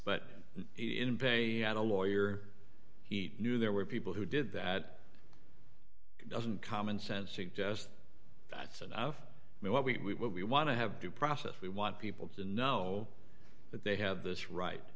but had a lawyer he knew there were people who did that doesn't common sense suggest that's enough but what we what we want to have due process we want people to know that they have this right